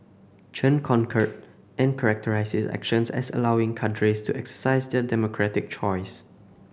Chen concurred and characterised his actions as allowing cadres to exercise their democratic choice